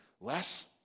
Less